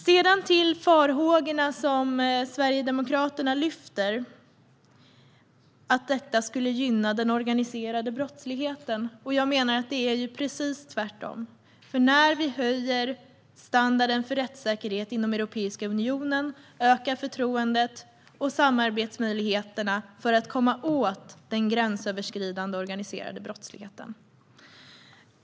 Sedan till farhågorna, som Sverigedemokraterna lyfter fram, att detta skulle gynna den organiserade brottsligheten. Jag menar att det är precis tvärtom, för när vi höjer standarden för rättssäkerheten inom Europeiska unionen ökar samarbetsmöjligheterna och förtroendet för att vi ska komma åt den gränsöverskridande organiserade brottsligheten.